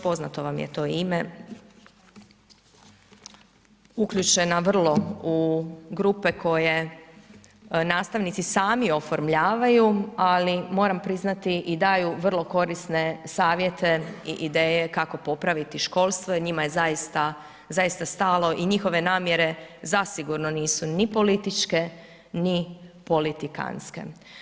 Poznato vam je to ime, uključena vrlo u grupe koje nastavnici sami oformljavaju ali moram priznati i daju vrlo korisne savjete i ideje kako popraviti školstvo jer njima je zaista, zaista stalo i njihove namjere zasigurno nisu ni političke, ni politikantske.